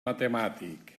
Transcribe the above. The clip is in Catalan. matemàtic